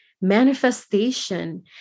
manifestation